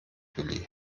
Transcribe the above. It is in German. willi